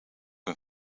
een